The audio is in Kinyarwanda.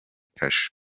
kasho